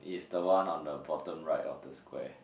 it's the one on the bottom right of the square